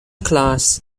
class